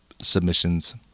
submissions